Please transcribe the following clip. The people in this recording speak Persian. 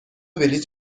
بلیط